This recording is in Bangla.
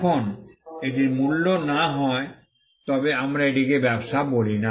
এখন যদি এটির মূল্য না হয় তবে আমরা এটিকে ব্যবসায় বলি না